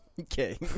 Okay